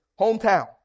hometown